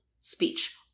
speech